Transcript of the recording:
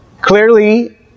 clearly